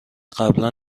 قبلا